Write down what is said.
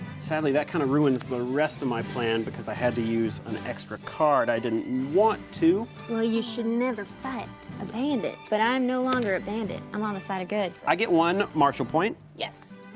sadly, that kinda ruins the rest of my plan because i had to use an extra card i didn't to. well you should never fight a bandit, but i'm no longer a bandit, i'm on the side of good. i get one marshal point. yes.